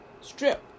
strip